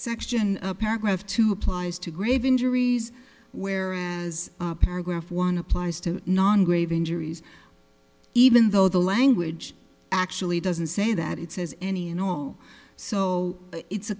section of paragraph two applies to grave injuries whereas paragraph one applies to non grave injuries even though the language actually doesn't say that it says any and all so it's a